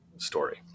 story